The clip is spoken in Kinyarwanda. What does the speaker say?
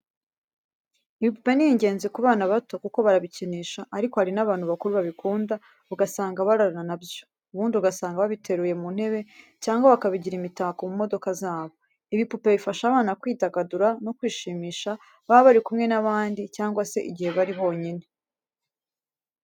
Ibipupe ni ingenzi ku bana bato kuko barabikinisha, ariko hari n'abantu bakuru babikunda ugasanga bararana na byo, ubundi ugasanga babiteruye mu ntebe cyangwa bakabigira imitako mu modoka zabo. Ibipupe bifasha abana kwidagadura no kwishimisha baba bari kumwe n'abandi cyangwa se igihe ari bonyine.